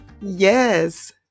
Yes